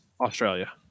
Australia